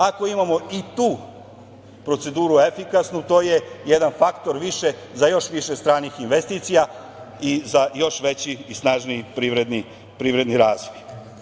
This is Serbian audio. Ako imamo i tu proceduru efikasnu, to je jedan faktor više za još više stranih investicija i za još veći i snažniji privredni razvoj.